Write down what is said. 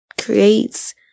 creates